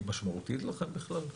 היא משמעותית לכם בכלל?